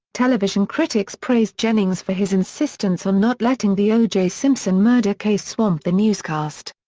television critics praised jennings for his insistence on not letting the o j. simpson murder case swamp the newscast.